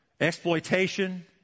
Exploitation